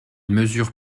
mesure